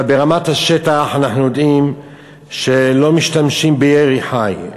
אבל ברמת השטח אנחנו יודעים שלא משתמשים בירי חי.